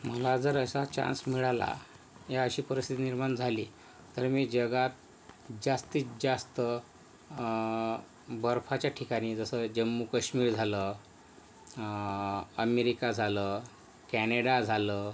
मला जर असा चान्स मिळाला या अशी परिस्थिती निर्माण झाली तर मी जगात जास्तीत जास्त बर्फाच्या ठिकाणी जसं जम्मू कश्मीर झालं अमेरिका झालं कॅनेडा झालं